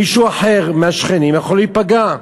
מישהו אחר, מהשכנים, יכול להיפגע.